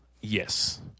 Yes